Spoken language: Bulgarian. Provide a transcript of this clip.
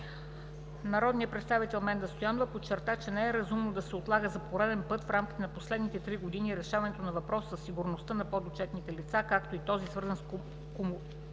Народният представител Менда Стоянова подчерта, че не е разумно да се отлага за пореден път в рамките на последните три години разрешаването на въпроса със сигурността на подотчетните лица, както и този, свързан с кумулирането